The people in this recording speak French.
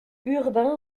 urbain